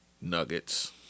Nuggets